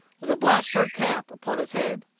with a black fur cap upon his head.